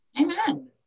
Amen